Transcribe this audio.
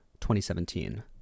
2017